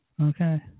Okay